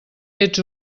ets